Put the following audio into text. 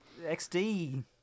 XD